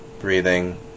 breathing